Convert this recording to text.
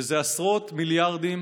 וזה עשרות מיליארדים